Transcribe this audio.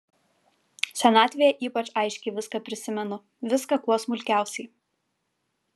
senatvėje ypač aiškiai viską prisimenu viską kuo smulkiausiai